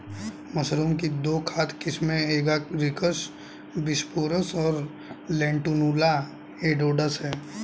mushroom की दो खाद्य किस्में एगारिकस बिस्पोरस और लेंटिनुला एडोडस है